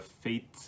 Fate